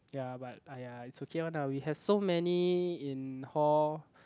ya but aiya it's okay one lah we have so many in hall